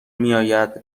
میاید